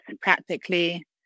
practically